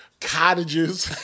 cottages